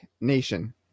nation